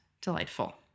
delightful